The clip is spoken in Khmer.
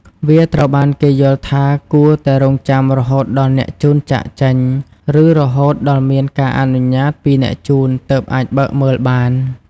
វាត្រូវបានគេយល់ថាគួរតែរង់ចាំរហូតដល់អ្នកជូនចាកចេញ ឬរហូតដល់មានការអនុញ្ញាតពីអ្នកជូនទើបអាចបើកមើលបាន។